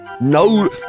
No